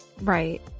Right